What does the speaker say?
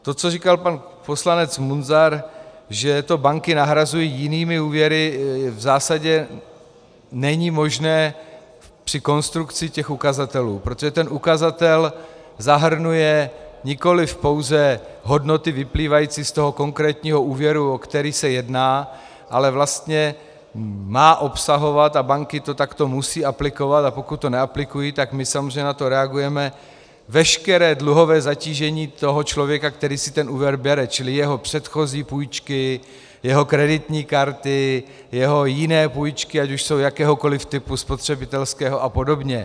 To, co říkal pan poslanec Munzar, že to banky nahrazují jinými úvěry, v zásadě není možné při konstrukci těch ukazatelů, protože ten ukazatel zahrnuje nikoliv pouze hodnoty vyplývající z toho konkrétního úvěru, o který se jedná, ale vlastně má obsahovat a banky to takto musí aplikovat, a pokud to neaplikují, tak my samozřejmě na to reagujeme veškeré dluhové zatížení toho člověka, který si ten úvěr bere, čili jeho předchozí půjčky, jeho kreditní karty, jeho jiné půjčky, ať už jsou jakékoliv typu, spotřebitelského a podobně.